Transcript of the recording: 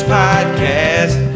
podcast